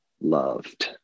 Loved